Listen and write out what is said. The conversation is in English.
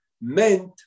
meant